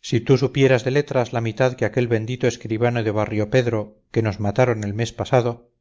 si tú supieras de letras la mitad que aquel bendito escribano de barrio pedro que nos mataron el mes pasado